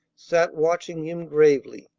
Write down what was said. sat watching him gravely.